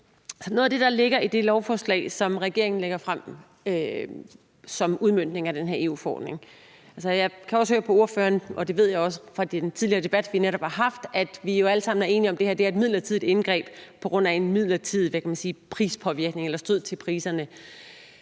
noget af det, der ligger i det lovforslag, som regeringen lægger frem som udmøntning af den her EU-forordning, kan jeg også høre på ordføreren – og det ved jeg også fra den tidligere debat, vi netop har haft – at vi jo alle sammen er enige om, at det her er et midlertidigt indgreb på grund af en midlertidig, hvad kan man sige, prispåvirkning eller et stød til priserne.